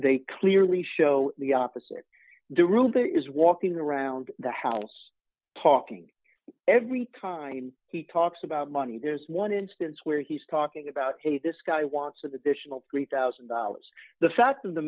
they clearly show the opposite do room there is walking around the house talking every time he talks about money there's one instance where he's talking about hey this guy wants additional three thousand dollars the fact of the